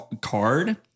card